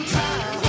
time